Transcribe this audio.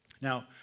Now